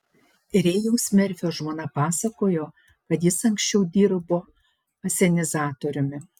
rėjaus merfio žmona pasakojo kad jis anksčiau dirbo asenizatoriumi